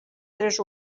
tres